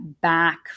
back